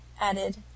added